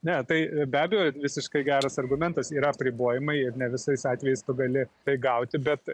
ne tai be abejo visiškai geras argumentas yra apribojimai ir ne visais atvejais tu gali tai gauti bet